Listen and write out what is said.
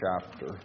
chapter